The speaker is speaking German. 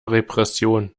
repression